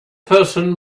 person